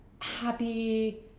happy